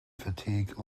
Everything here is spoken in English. fatigue